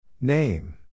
Name